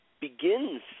begins